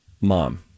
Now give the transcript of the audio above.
mom